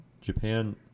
Japan